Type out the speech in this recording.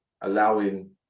allowing